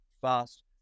fast